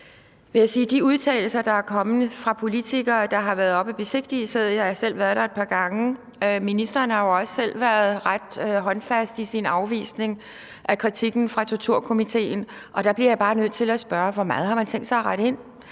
de udtalelser, der er kommet fra politikere, der har været oppe at besigtige stedet, og jeg har selv været der et par gange, og ministeren har jo også selv været ret håndfast i sin afvisning af kritikken fra torturkomiteen. Der bliver jeg bare nødt til at spørge: Hvor meget har man tænkt sig at rette ind?